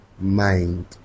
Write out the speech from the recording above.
mind